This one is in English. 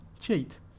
cheat